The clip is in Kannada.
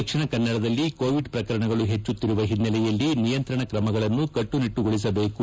ದಕ್ಷಿಣ ಕನ್ನಡದಲ್ಲಿ ಕೋವಿಡ್ ಪ್ರಕರಣಗಳು ಹೆಚ್ಚುತ್ತಿರುವ ಹಿನ್ನೆಲೆಯಲ್ಲಿ ನಿಯಂತ್ರಣ ಕ್ರಮಗಳನ್ನು ಕಟುನಿಟ್ಟುಗೊಳಿಸಬೇಕು